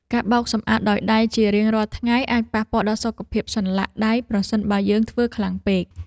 ការបោកសម្អាតដោយដៃជារៀងរាល់ថ្ងៃអាចប៉ះពាល់ដល់សុខភាពសន្លាក់ដៃប្រសិនបើយើងធ្វើខ្លាំងពេក។